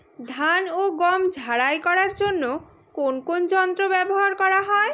ধান ও গম ঝারাই করার জন্য কোন কোন যন্ত্র ব্যাবহার করা হয়?